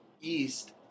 east